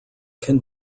can